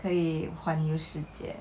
可以环游世界